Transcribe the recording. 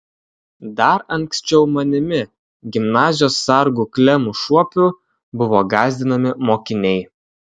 dar anksčiau manimi gimnazijos sargu klemu šuopiu buvo gąsdinami mokiniai